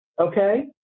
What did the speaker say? okay